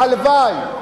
הלוואי.